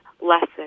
lesson